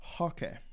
Okay